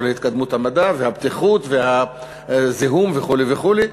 להתקדמות המדע והבטיחות והזיהום וכו' וכו',